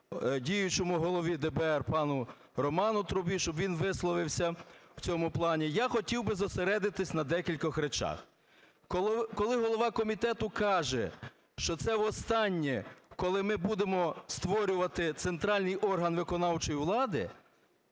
діючому голові ДБР пану Роману Трубі, щоб він висловився в цьому плані Я хотів би зосередитися на декількох речах. Коли голова комітету каже, що це востаннє, коли ми будемо створювати центральний орган виконавчої влади,